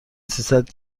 سیصد